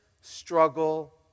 struggle